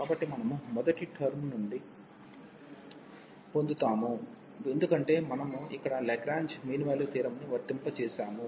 కాబట్టి మనము మొదటి టర్మ్ నుండి పొందుతాము ఎందుకంటే మనము ఇక్కడ లాగ్రేంజ్ మీన్ వాల్యూ థియోరమ్ ని వర్తింపజేసాము